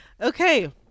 Okay